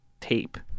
tape